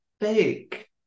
fake